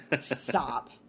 stop